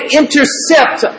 intercept